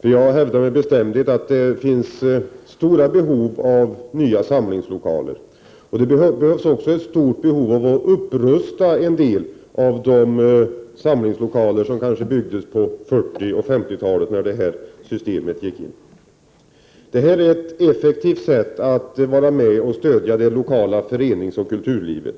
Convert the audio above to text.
Jag hävdar med bestämdhet att det finns stora behov av nya samlingslokaler. Det finns också ett stort behov av att upprusta en del av de samlingslokaler som kanske byggdes på 1940 och 1950-talen när detta system infördes. Samlingslokalerna innebär ett effektivt sätt att stödja det lokala förenings och kulturlivet.